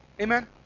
Amen